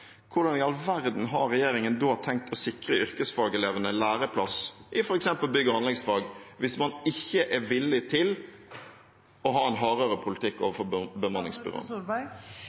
hvordan i all verden har regjeringen da tenkt å sikre yrkesfagelevene læreplass i f.eks. bygg- og anleggsfag – hvis man ikke er villig til å ha en hardere politikk overfor